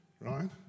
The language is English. right